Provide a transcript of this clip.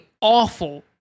awful